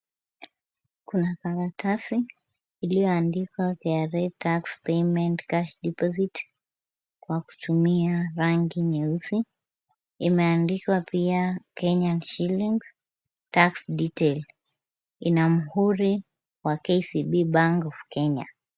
Kuna karatasi iliyoandikwa KRA tax payment, cash deposit kwa kutumia rangi nyeusi. Imeandikwa pia Kenyan shillings tax detail . Ina muhuri wa KCB bank of Kenya .